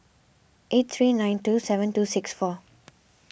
eight three nine two seven two six four